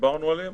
שדיברנו עליהם.